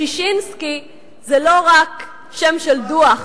ששינסקי זה לא רק שם של דוח.